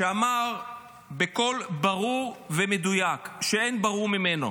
שאמר בקול ברור ומדויק, שאין ברור ממנו,